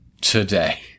today